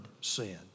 sin